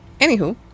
anywho